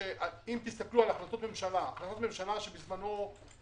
ועדת החמישה ומדינת ישראל השקיעה 21 מיליון שקל,